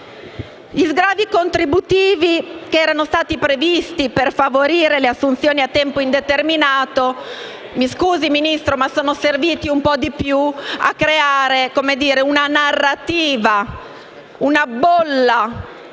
Gli sgravi contributivi che erano stati previsti per favorire le assunzioni a tempo indeterminato, mi scusi Ministro, sono serviti a creare una narrativa, una bolla